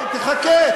תחכה.